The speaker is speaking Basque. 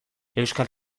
euskal